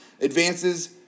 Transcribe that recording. Advances